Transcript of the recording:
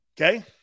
Okay